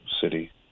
city